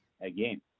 again